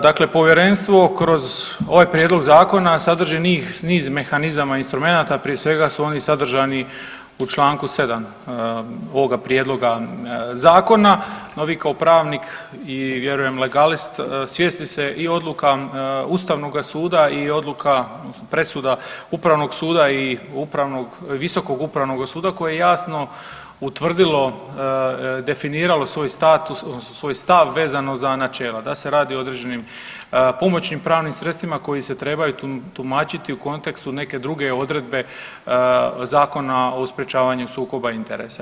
Dakle, povjerenstvo kroz ovaj prijedlog zakona sadrži niz mehanizama i instrumenata prije svega su oni sadržani u Članku 7. ovoga prijedloga zakona, no vi kao pravnik i vjerujem legalist svjesni ste i odluka Ustavnoga suda i odluka, presuda Upravnog suda i upravnog, Visokog upravnog suda koje je jadno utvrdilo, definiralo svoj status odnosno svoj stav vezano za načela, da se radi o određenim pomoćnim pravnim sredstvima koji se trebaju tumačiti u kontekstu neke druge odredbe Zakona o sprječavanju sukoba interesa.